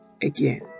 again